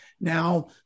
Now